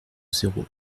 zéro